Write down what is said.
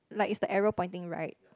like is the arrow pointing right